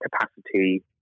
capacity